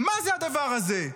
מה זה הדבר הזה?